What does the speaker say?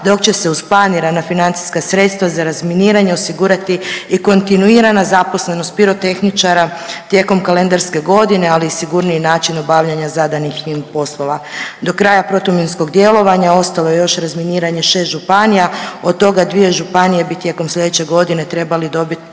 dok će se uz planirana financijska sredstva za razminiranje osigurati i kontinuirana zaposlenost pirotehničara tijekom kalendarske godine, ali i sigurniji način obavljanja zadanih im poslova. Do kraja protuminskog djelovanja ostalo je još razminiranje 6 županija, od toga 2 županije bi tijekom sljedeće godine trebale dobiti